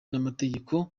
n’amategeko